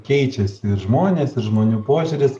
keičiasi ir žmonės ir žmonių požiūris